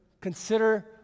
consider